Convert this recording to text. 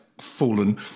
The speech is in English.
fallen